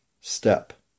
step